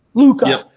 luca.